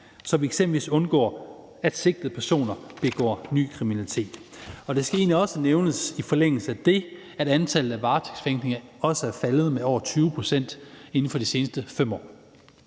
så vi eksempelvis undgår, at sigtede personer begår ny kriminalitet. I forlængelse af det skal det egentlig også nævnes, at antallet af varetægtsfængslinger er faldet med over 20 pct. inden for de seneste 5 år.